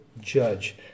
judge